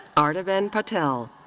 artiben patel.